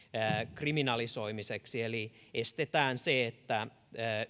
kriminalisoimiseksi eli estetään